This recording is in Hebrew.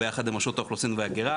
ביחד עם רשות האוכלוסין וההגירה.